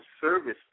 service